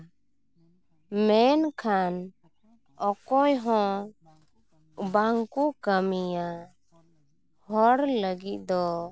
ᱢᱮᱱᱠᱷᱟᱱ ᱚᱠᱚᱭ ᱦᱚᱸ ᱵᱟᱝᱠᱚ ᱠᱟᱹᱢᱤᱭᱟ ᱦᱚᱲ ᱞᱟᱹᱜᱤᱫ ᱫᱚ